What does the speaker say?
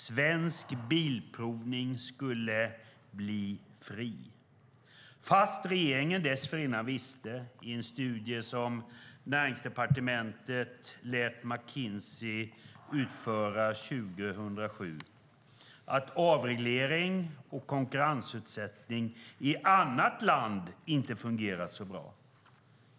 Svensk Bilprovning skulle bli fri, trots att regeringen redan innan visste att avreglering och konkurrensutsättning inte fungerat så bra i andra länder, enligt en studie som Näringsdepartementet lät McKinsey utföra 2007.